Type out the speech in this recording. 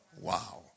Wow